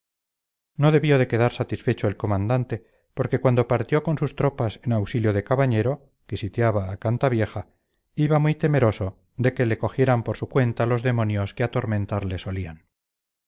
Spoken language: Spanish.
no debió de quedar satisfecho el comandante porque cuando partió con sus tropas en auxilio de cabañero que sitiaba a cantavieja iba muy temeroso de que le cogieran por su cuenta los demonios que atormentarle solían